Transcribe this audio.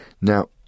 now